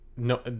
no